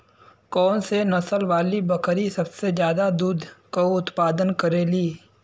कौन से नसल वाली बकरी सबसे ज्यादा दूध क उतपादन करेली?